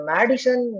Madison